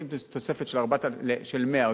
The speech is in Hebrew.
אם התוספת היא של 100 שקלים,